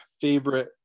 favorite